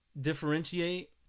differentiate